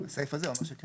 אבל הסעיף הזה אומר שכן.